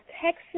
Texas